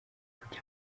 kuki